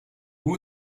who